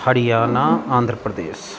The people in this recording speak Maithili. हरियाणा आन्ध्र प्रदेश